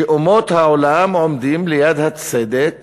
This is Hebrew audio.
שאומות העולם עומדות לצד הצדק